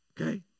Okay